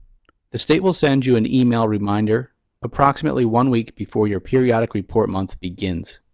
the state will send you an email reminder approximately one week before your periodic report month begins.